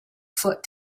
foot